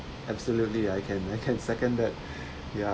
absolutely I can I can second that ya